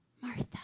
Martha